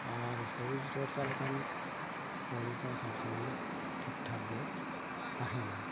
ᱟᱨ ᱥᱚᱨᱤᱨ ᱪᱚᱨᱪᱟ ᱞᱮᱠᱷᱟᱱ ᱦᱚᱲᱢᱚ ᱠᱚ ᱥᱚᱵᱽ ᱥᱚᱢᱚᱭ ᱴᱷᱤᱠ ᱴᱷᱟᱠ ᱜᱮ ᱛᱟᱦᱮᱱᱟ